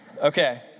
Okay